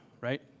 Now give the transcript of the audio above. right